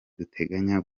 duteganya